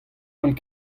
gant